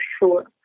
sure